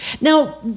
Now